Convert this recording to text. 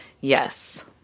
Yes